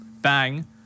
bang